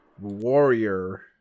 Warrior